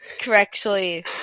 correctly